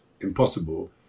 impossible